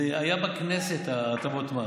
זה היה בכנסת, הטבות המס.